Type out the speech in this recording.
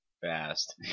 fast